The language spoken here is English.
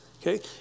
okay